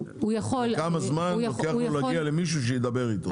וכמה זמן לוקח לו להגיע למישהו שידבר איתו?